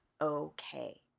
okay